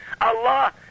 Allah